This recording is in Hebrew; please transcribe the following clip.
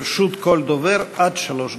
לרשות כל דובר עד שלוש דקות.